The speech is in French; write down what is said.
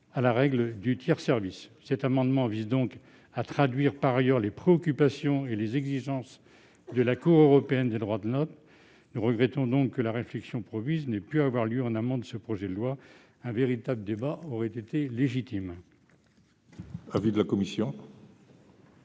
l'avis de la commission ?